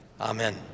Amen